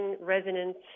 resonance